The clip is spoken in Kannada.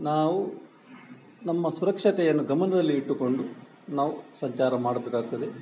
ನಾವು ನಮ್ಮ ಸುರಕ್ಷತೆಯನ್ನು ಗಮನದಲ್ಲಿಟ್ಟುಕೊಂಡು ನಾವು ಸಂಚಾರ ಮಾಡಬೇಕಾಗ್ತದೆ